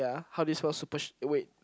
wait ah how do you spell super eh wait